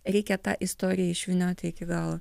reikia tą istoriją išvynioti iki galo